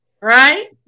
right